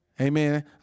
Amen